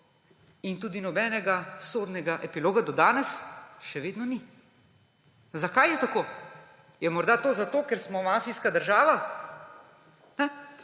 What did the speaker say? in tudi nobenega sodnega epiloga do danes še vedno ni. Zakaj je tako? Ali je morda to zato, ker smo mafijska država?